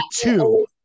two